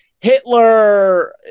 Hitler